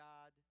God